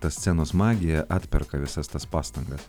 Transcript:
ta scenos magija atperka visas tas pastangas